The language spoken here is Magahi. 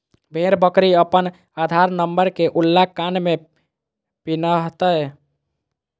भेड़ बकरी अपन आधार नंबर के छल्ला कान में पिन्हतय